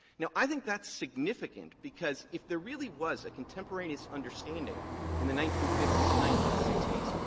now, i think that's significant, because if there really was a contemporaneous understanding in the nineteen fifty s and nineteen sixty s,